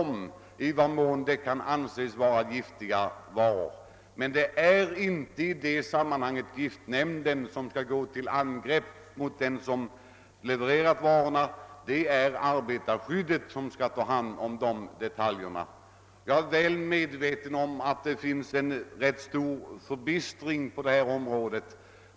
Men det är inte giftnämnden som i detta sammanhang skall gå till angrepp mot den som levererat varorna, utan det är arbetarskyddsstyrelsen. Det råder emellertid en rätt stor förbistring på detta område.